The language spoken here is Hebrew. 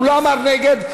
הוא לא אמר נגד.